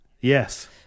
Yes